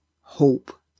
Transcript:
hope